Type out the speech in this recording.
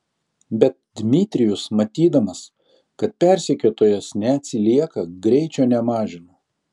bet dmitrijus matydamas kad persekiotojas neatsilieka greičio nemažino